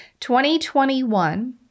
2021